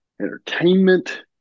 entertainment